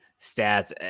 stats